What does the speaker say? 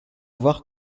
voir